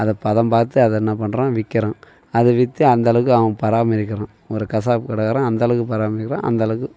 அதை பதம் பார்த்து அதை என்ன பண்ணுறான் விற்கிறான் அதை விற்று அந்தளவுக்கு அவன் பராமரிக்கிறான் ஒரு கசாப்பு கடைக்காரன் அந்தளவுக்கு பராமரிக்கிறான் அந்தளவுக்கு